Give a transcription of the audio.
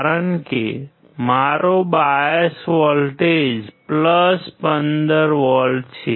કારણ કે મારો બાયસ વોલ્ટેજ 15V છે